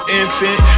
infant